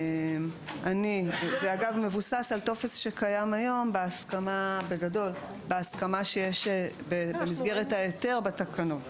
זה מבוסס על טופס שקיים היום בהסכמה שיש במסגרת ההיתר בתקנות.